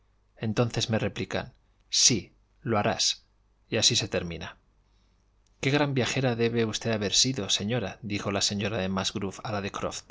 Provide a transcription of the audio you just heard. entonces me replican sí lo harás y así se termina qué gran viajera debe usted haber sido señoradijo la señora de musgrove